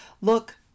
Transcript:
look